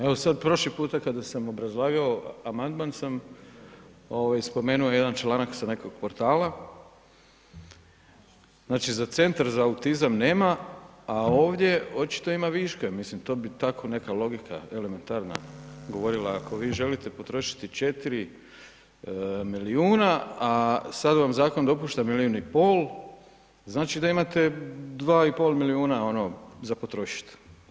Evo sad prošli puta kada sam obrazlagao amandman sam ovaj spomenuo jedan članak sa nekog portala, znači za centar za autizam nema, a ovdje očito ima viška, mislim to bi tako neka logika elementarna govorila, ako vi želite potrošiti 4 milijuna, a sad vam zakon dopušta milion i pol, znači da imate 2,5 miliona ono za potrošit.